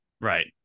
Right